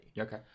Okay